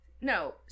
No